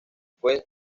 fue